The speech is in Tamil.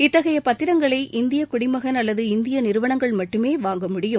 இத்தகைய பத்திரங்களை இந்திய குடிமகன் அல்லது இந்திய நிறுவனங்கள் மட்டுமே வாங்க முடியும்